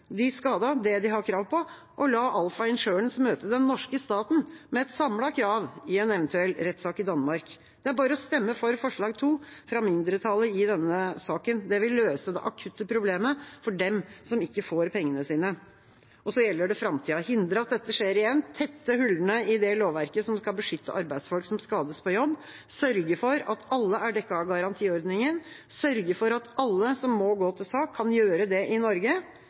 de skadde det de har krav på, og la Alpha Insurance møte den norske stat med et samlet krav i en eventuell rettssak i Danmark. Det er bare å stemme for forslag nr. 2, fra mindretallet i denne saken. Det vil løse det akutte problemet for dem som ikke får pengene sine. Så gjelder det framtida – hindre at dette skjer igjen, tette hullene i det lovverket som skal beskytte arbeidsfolk som skades på jobb, sørge for at alle er dekket av garantiordningen, sørge for at alle som må gå til sak, kan gjøre det i Norge: